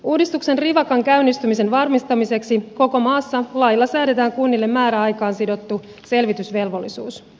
uudistuksen rivakan käynnistymisen varmistamiseksi koko maassa lailla säädetään kunnille määräaikaan sidottu selvitysvelvollisuus